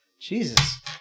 Jesus